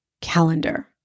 calendar